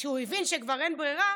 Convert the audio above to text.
כשהוא הבין שכבר אין ברירה,